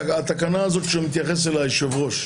התקנה הזאת שמתייחס אליה היושב-ראש,